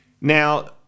now